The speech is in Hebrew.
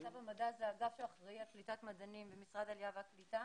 קליטה במדע זה אגף שאחראי על קליטת מדענים במשרד העלייה והקליטה